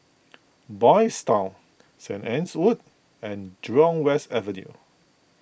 Boys' Town Saint Anne's Wood and Jurong West Avenue